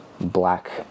black